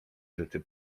rzeczy